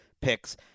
picks